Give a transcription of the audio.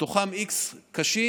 מתוכם x קשים,